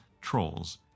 trolls